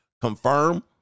confirm